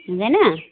हुँदैन